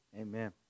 Amen